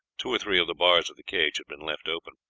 two or three of the bars of the cage had been left open.